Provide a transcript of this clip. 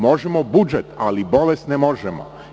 Možemo budžet, ali bolest ne možemo.